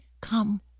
Come